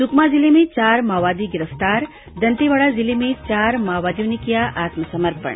सुकमा जिले में चार माओवादी गिरफ्तार दंतेवाड़ा जिले में चार माओवादियों ने किया आत्मसमर्पण